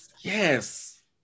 Yes